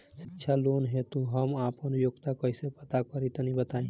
शिक्षा लोन हेतु हम आपन योग्यता कइसे पता करि तनि बताई?